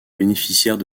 bénéficiaire